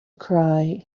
cry